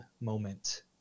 moment